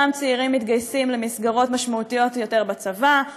אותם צעירים מתגייסים למסגרות משמעותיות יותר בצבא,